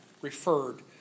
referred